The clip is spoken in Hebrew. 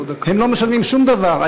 הם לא משלמים שום דבר.